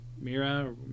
Mira